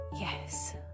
yes